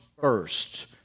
first